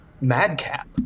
madcap